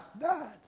died